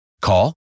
Call